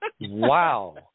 Wow